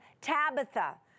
Tabitha